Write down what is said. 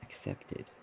Accepted